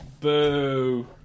Boo